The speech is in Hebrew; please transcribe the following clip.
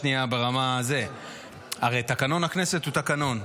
שנייה: הרי תקנון הכנסת הוא תקנון,